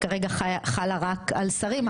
היא כרגע חלה רק על שרים.